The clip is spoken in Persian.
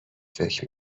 فکر